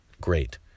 great